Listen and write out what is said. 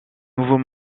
nouveaux